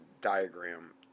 diagram